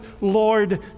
Lord